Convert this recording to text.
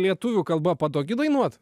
lietuvių kalba patogi dainuot